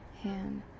hand